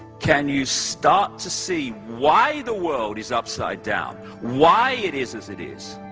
can you start to see why the world is upside down. why it is as it is,